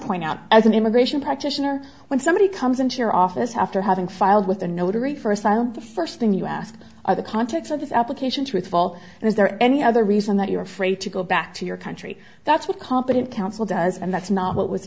point out as an immigration practitioner when somebody comes into your office after having filed with a notary for asylum the first thing you ask are the contents of this application truthful and is there any other reason that you are afraid to go back to your country that's what competent counsel does and that's not what was